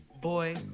Boy